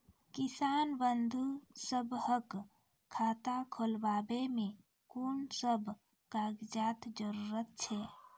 किसान बंधु सभहक खाता खोलाबै मे कून सभ कागजक जरूरत छै?